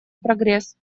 прогресс